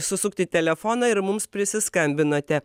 susukti telefoną ir mums prisiskambinote